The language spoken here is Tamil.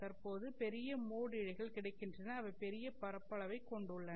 தற்போது பெரிய மோட் இழைகள் கிடைக்கின்றன அவை பெரிய பரப்பளவை கொண்டுள்ளன